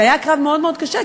זה היה קרב מאוד מאוד קשה,